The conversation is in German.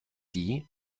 die